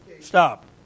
Stop